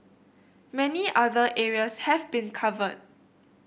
many other areas have been covered